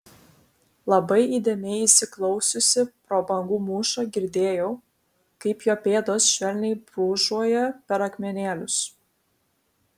labai įdėmiai įsiklausiusi pro bangų mūšą girdėjau kaip jo pėdos švelniai brūžuoja per akmenėlius